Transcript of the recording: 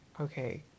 okay